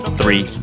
three